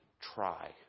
try